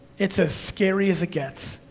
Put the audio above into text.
it's as scary as it gets.